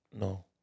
no